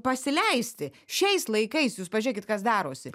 pasileisti šiais laikais jūs pažiūrėkit kas darosi